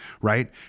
right